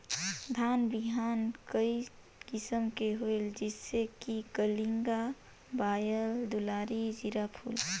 धान बिहान कई किसम के होयल जिसे कि कलिंगा, बाएल दुलारी, जीराफुल?